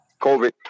COVID